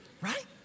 Right